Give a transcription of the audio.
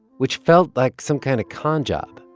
which felt like some kind of con job.